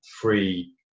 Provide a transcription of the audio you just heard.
free